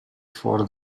for